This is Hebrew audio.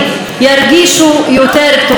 ירגישו יותר בטוחים,